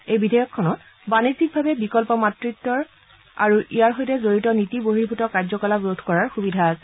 এই বিধেয়কখনত বাণিজ্যিকভাৱে বিকল্প মাতৃত্বৰ বাণিজ্যিকীকৰণ আৰু ইয়াৰ সৈতে জড়িত নীতি বহিৰ্ভুত কাৰ্যকলাপ ৰোধ কৰাৰ সুবিধা আছে